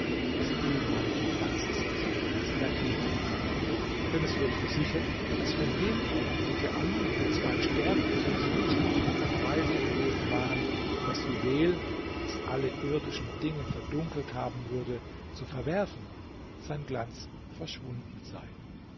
des ehemaligen glanzes des juwels erinnerten denn es wird versichert daß von dem augenblicke an wo zwei sterbliche so schlicht und weise gewesen waren das juwel welches alle irdischen dinge verdunkelt haben würde zu verwerfen sein glanz verschwunden sei